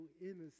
innocent